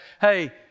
hey